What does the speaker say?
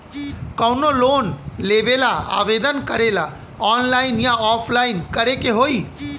कवनो लोन लेवेंला आवेदन करेला आनलाइन या ऑफलाइन करे के होई?